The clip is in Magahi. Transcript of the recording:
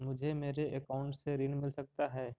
मुझे मेरे अकाउंट से ऋण मिल सकता है?